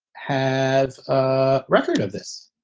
have a record of this?